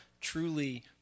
truly